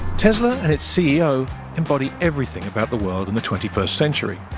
tesla and its ceo embody everything about the world in the twenty first century,